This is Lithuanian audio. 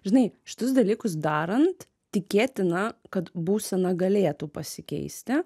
žinai šitus dalykus darant tikėtina kad būsena galėtų pasikeisti